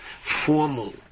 formal